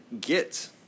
get